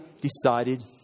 decided